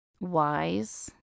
wise